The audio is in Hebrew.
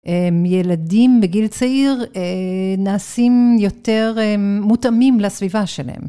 ילדים בגיל צעיר נעשים יותר מותאמים לסביבה שלהם.